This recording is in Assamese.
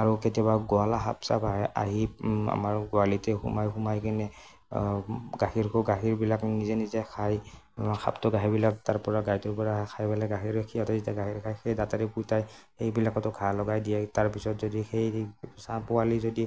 আৰু কেতিয়াবা গোৱালা সাপ চাপ আহে আহি আমাৰ গোহালিতে সোমাই সোমাই কিনে গাখীৰকো গাখীৰবিলাক নিজে নিজে খাই সাপটো গাখীৰবিলাক তাৰ পৰা গাইটোৰ পৰা খাই পেলাই গাখীৰৰে সিহঁতে যেতিয়া গাখীৰ খাই সেই দাঁতেৰে ফুটাই সেইবিলাকতো ঘা লগাই দিয়ে তাৰপিছত যদি সেই চাহ পোৱালি যদি